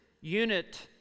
unit